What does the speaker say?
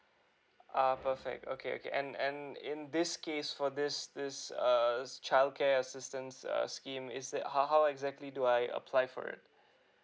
ah perfect okay okay and and in this case for this this err childcare assistance uh scheme is there how how exactly do I apply for that